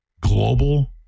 global